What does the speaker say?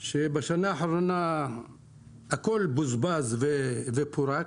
שבשנה האחרונה הכול בוזבז ופורק,